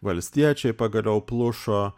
valstiečiai pagaliau plušo